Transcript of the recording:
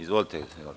Izvolite.